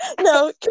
No